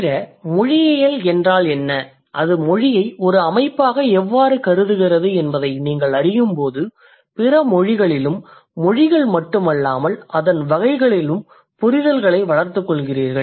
தவிர மொழியியல் என்றால் என்ன அது மொழியை ஒரு அமைப்பாக எவ்வாறு கருதுகிறது என்பதை நீங்கள் அறியும்போது பிற மொழிகளிலும் மொழிகள் மட்டுமல்லாமல் அதன் வகைகளிலும் புரிதல்களை வளர்த்துக் கொள்கிறீர்கள்